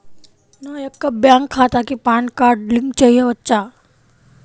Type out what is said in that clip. నా యొక్క బ్యాంక్ ఖాతాకి పాన్ కార్డ్ లింక్ చేయవచ్చా?